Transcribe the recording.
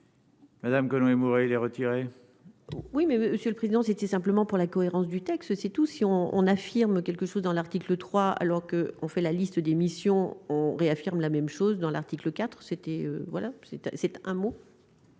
Madame Conway Mouret les retirer. Oui mais Monsieur le Président, c'était simplement pour la cohérence du texte c'est tout si on on affirme quelque chose dans l'article 3 alors qu'on fait la liste des missions, on réaffirme la même chose dans l'article IV c'était voilà